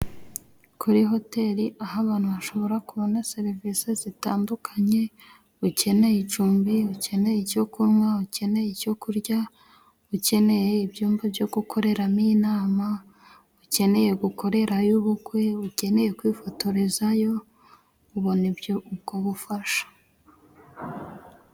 Kuri hoteli aho abantu bashobora kubona serivisi zitandukanye. Ukeneye icumbi, ukeneye icyo kunywa, ukeneye icyo kurya, ukeneye ibyumba byo gukoreramo inama, ukeneye gukorerayo ubukwe, ukeneye kwifotorezayo, ubona ibyo ubwo bufasha.